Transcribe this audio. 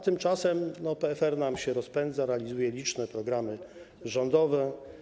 Tymczasem PFR się rozpędza, realizuje liczne programy rządowe.